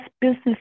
business